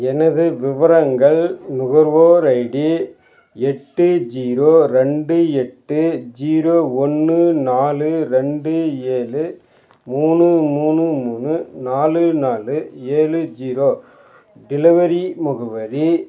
எனது விவரங்கள் நுகர்வோர் ஐடி எட்டு ஜீரோ ரெண்டு எட்டு ஜீரோ ஒன்று நாலு ரெண்டு ஏழு மூணு மூணு மூணு நாலு நாலு ஏழு ஜீரோ டெலிவரி முகவரி